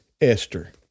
Esther